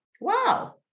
wow